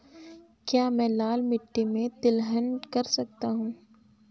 क्या मैं लाल मिट्टी में तिलहन कर सकता हूँ?